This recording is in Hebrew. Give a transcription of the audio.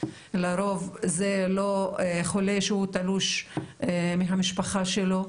לרוב זה לא חולה שהוא תלוש מהמשפחה שלו,